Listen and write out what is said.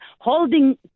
holding